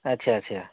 अच्छा अच्छा